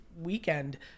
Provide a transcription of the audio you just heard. weekend